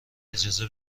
اجازه